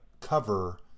cover